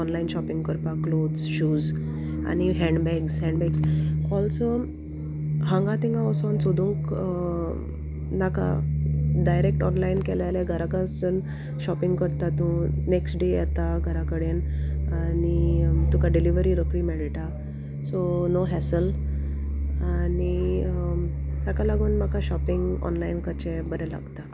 online shopping करपाक cloth shoes आनी handbags handbags also हांगा तिंगा वोसोन सोदूंक नाका डायरेक्ट ऑनलायन केले जाल्यार घराक जावन शॉपिंग करता तूं नेक्स्ट डे येता घरा कडेन आनी तुका डिलीवरी रोकडी मेळटा सो नो हेसल आनी ताका लागून म्हाका शॉपिंग ऑनलायन करचें बरें लागता